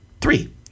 Three